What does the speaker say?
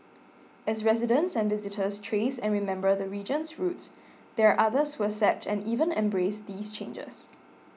as residents and visitors trace and remember the region's roots there are others who accept and even embrace these changes